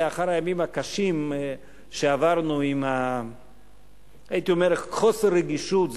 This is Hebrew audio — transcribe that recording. לאחר הימים הקשים שעברנו עם חוסר הרגישות,